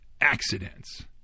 accidents